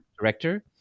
director